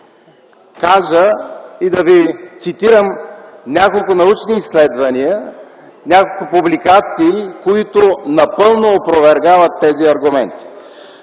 кажа и да Ви цитирам няколко научни изследвания, няколко публикации, които напълно опровергават тези аргументи.